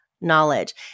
knowledge